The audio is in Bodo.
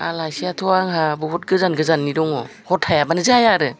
आलासियाथ' आंहा बहुद गोजान गोजाननि दङ हर थायाबानो जाया आरो